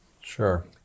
Sure